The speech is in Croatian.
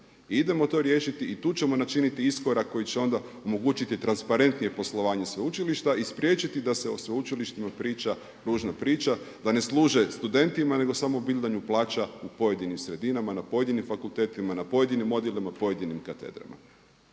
idemo to riješiti, tu ćemo načiniti iskorak koji će onda omogućiti transparentnije poslovanje sveučilišta i spriječiti da se o sveučilištima priča ružna priča, da ne služe studentima nego samo bildanju plaća u pojedinim sredinama na pojedinim fakultetima, na pojedinim odjelima i pojedinim katedrama.